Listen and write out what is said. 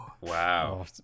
Wow